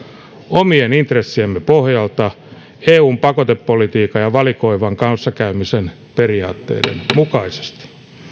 omien intressiemme pohjalta eun pakotepolitiikan ja valikoivan kanssakäymisen periaatteiden mukaisesti